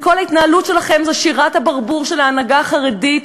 וכל ההתנהלות שלכם היא שירת הברבור של ההנהגה החרדית,